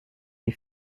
les